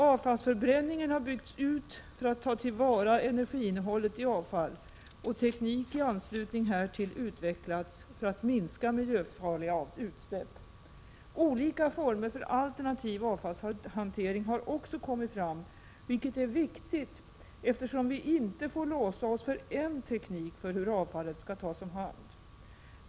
Avfallsförbränningen har byggts ut för att ta till vara energiinnehållet i avfall och teknik i anslutning härtill utvecklats för att minska miljöfarliga utsläpp. Olika former för alternativ avfallshantering har också kommit fram, vilket är viktigt eftersom vi inte får låsa oss för en teknik för hur avfall skall tas om hand.